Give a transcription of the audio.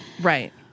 Right